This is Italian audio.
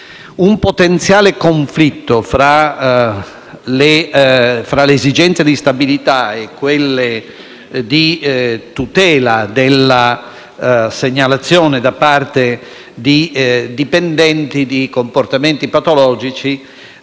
Un potenziale conflitto tra le esigenze di stabilità e quelle di tutela della segnalazione da parte di dipendenti di comportamenti patologici